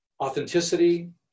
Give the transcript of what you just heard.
authenticity